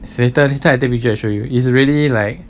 later later I take picture show you is really like